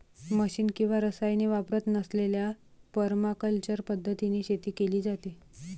machine किंवा रसायने वापरत नसलेल्या परमाकल्चर पद्धतीने शेती केली जाते